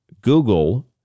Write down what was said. Google